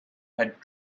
had